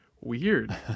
weird